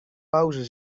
pauze